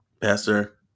Pastor